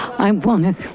i wanna,